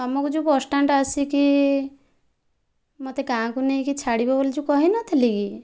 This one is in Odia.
ତୁମକୁ ଯେଉଁ ବସଷ୍ଟାଣ୍ଡ ଆସିକି ମୋତେ ଗାଁକୁ ନେଇକି ଛାଡ଼ିବ ବୋଲି ଯେଉଁ କହିନଥିଲି କି